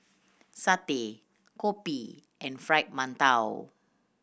satay kopi and Fried Mantou